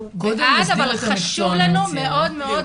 אנחנו בעד אבל חשוב לנו מאוד-מאוד